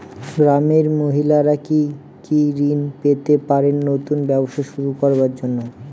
গ্রামের মহিলারা কি কি ঋণ পেতে পারেন নতুন ব্যবসা শুরু করার জন্য?